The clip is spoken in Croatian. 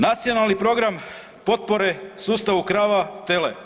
Nacionalni program potpore sustavu krava, tele.